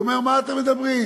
הוא אומר: מה אתם מדברים?